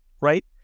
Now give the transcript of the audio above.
right